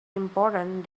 important